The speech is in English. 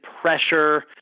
pressure